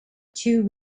two